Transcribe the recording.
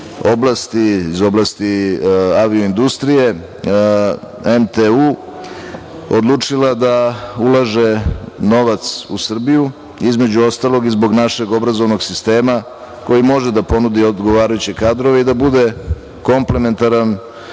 iz oblasti avio industrije, MTU, odlučila da ulaže novac u Srbiju, između ostalog, i zbog našeg obrazovnog sistema koji može da ponudi odgovarajuće kadrove i da bude komplementaran